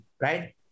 right